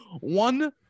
one